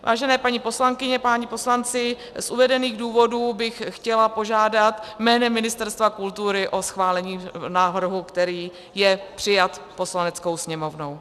Vážené paní poslankyně, páni poslanci, z uvedených důvodů bych chtěla požádat jménem Ministerstva kultury o schválení návrhu, který je přijat Poslaneckou sněmovnou.